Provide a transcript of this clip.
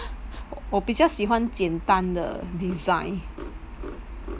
我比较喜欢简单的 design